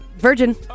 Virgin